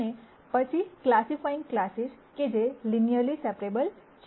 અને પછી classifying classes કે જે લિનયરલી સેપરેબલ છે